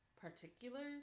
particulars